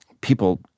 people